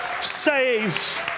saves